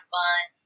fun